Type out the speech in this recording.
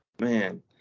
man